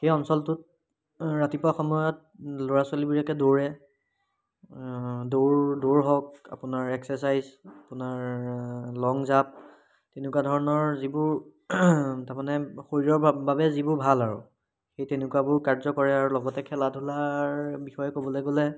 সেই অঞ্চলটোত ৰাতিপুৱা সময়ত ল'ৰা ছোৱালীবিলাকে দৌৰে দৌৰ দৌৰ হওক আপোনাৰ এক্সাৰচাইজ আপোনাৰ লং জাঁপ তেনেকুৱা ধৰণৰ যিবোৰ তাৰমানে শৰীৰৰ বাবে যিবোৰ ভাল আৰু সেই তেনেকুৱাবোৰ কাৰ্য কৰে আৰু লগতে খেলা ধূলাৰ বিষয়ে ক'বলৈ গ'লে